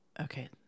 Okay